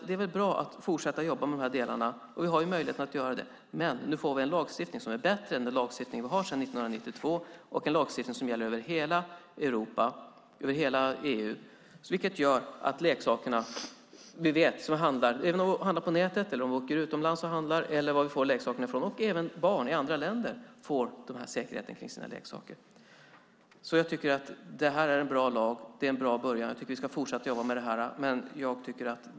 Det är väl bra att fortsätta att jobba med de här delarna, och vi har möjlighet att göra det. Nu får vi en lagstiftning som är bättre än den vi haft sedan 1992 och en lagstiftning som gäller över hela Europa, hela EU. Även om vi handlar på nätet eller om vi åker utomlands och handlar - varifrån leksakerna än kommer - får även barn i andra länder en säkerhet kring sina leksaker. Jag tycker att det här är en bra lag. Det är en bra början. Jag tycker att vi ska fortsätta att jobba med det här.